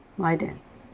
like that